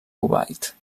kuwait